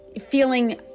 feeling